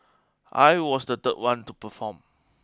I was the third one to perform